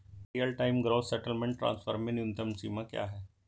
Real time gross settlement transfer में न्यूनतम सीमा क्या है?